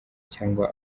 cyangwa